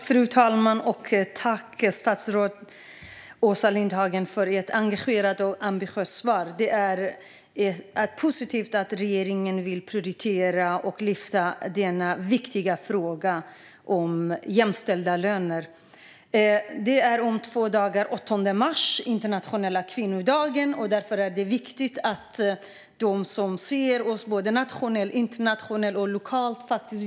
Fru talman! Tack, statsrådet Åsa Lindhagen, för ett engagerat och ambitiöst svar! Det är positivt att regeringen vill prioritera och lyfta fram denna viktiga fråga om jämställda löner. Om två dagar är det den 8 mars, Internationella kvinnodagen. Därför är det viktigt att man både internationellt och lokalt ser vad vi gör.